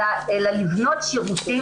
אלא לבנות שירותים,